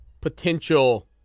potential